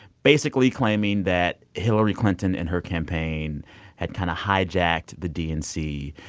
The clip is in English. basically claiming that hillary clinton and her campaign had kind of hijacked the dnc.